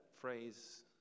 phrase